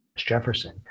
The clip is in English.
Jefferson